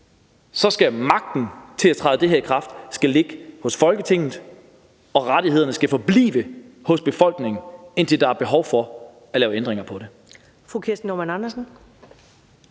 så skal magten til at få det her til at træde i kraft ligge hos Folketinget, og rettighederne skal forblive hos befolkningen, indtil der er behov for at lave ændringer på det. Kl. 15:12 Første